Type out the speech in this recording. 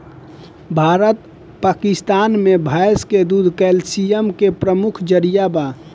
भारत पकिस्तान मे भैंस के दूध कैल्सिअम के प्रमुख जरिआ बा